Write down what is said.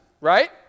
Right